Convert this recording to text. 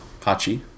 Pachi